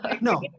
no